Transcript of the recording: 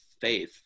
faith